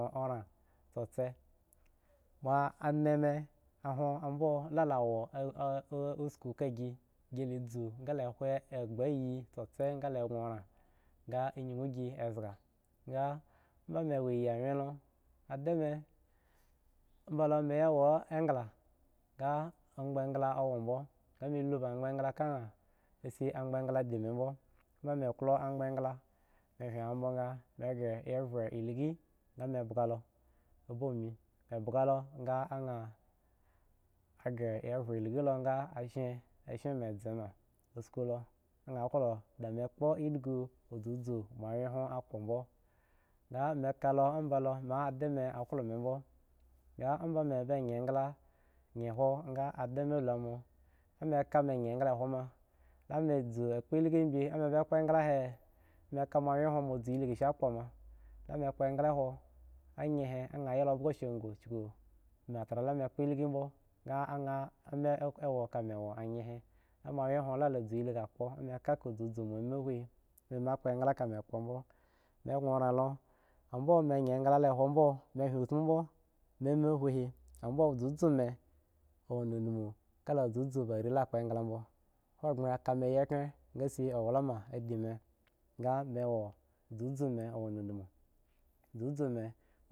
Omasose mo nime aho ambo asko gi zshi ga agbe iyi ga gi gho oran ahma wo dolawyen la anda mi amba lo mi ya wo engla ga amgba engla la wo bom ga mi ba amgba engla ka an a shi amgba engla shi di mi bmo amba wo amgba engla how ga bwo ga mi ga fve liku ga mi bga lo obami mi bgs lo ga anyen gre fve linki lo a szhgi lo eshene mu zga ma asko mi di mi kpo do zuzu moonwyen hko kpo bmo ga mu ka o mi anda ni a klo mi bmo ga amba be engla aklo andan lo mo mi ka mi yen englo kho ma mi zu fou linkai bi mi kpi engla he mi ka wyen who zu like sha kpo ma mi kpo engla a ye he mi anyo yla kobogo a kyegu kuv an tra a mi fou liki bmo mi ka a ka mi how hmow m fou link bi mi kpo engla aa mi kpobmo mi hwi otomo bmo ha hu abo zuzu mi awo dodonn va are kpo engla abin ohangbre kami keyen shi awla shi di mi ga mi wa zuzu mi awo dodom zuzu mi.